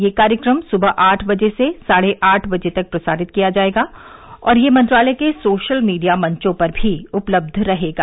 यह कार्यक्रम सुबह आठ बजे से साढे आठ बजे तक प्रसारित किया जाएगा और यह मंत्रालय के सोशल मीडिया मंचों पर भी उपलब्ध रहेगा